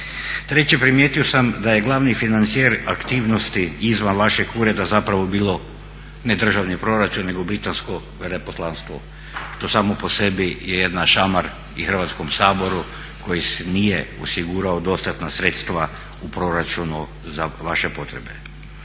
Treće, primijetio sam da je glavni financijer aktivnosti izvan vašeg ureda zapravo bilo ne državni proračun nego britansko veleposlanstvo što samo po sebi je jedan šamar i Hrvatskom saboru koji nije osigurao dostatna sredstva u proračunu za vaše potrebe.